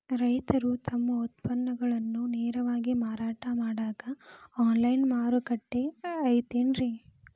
ರೈತರು ತಮ್ಮ ಉತ್ಪನ್ನಗಳನ್ನ ನೇರವಾಗಿ ಮಾರಾಟ ಮಾಡಾಕ ಆನ್ಲೈನ್ ಮಾರುಕಟ್ಟೆ ಐತೇನ್ರಿ?